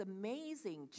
amazing